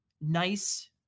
nice